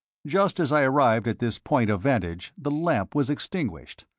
just as i arrived at this point of vantage the lamp was extinguished,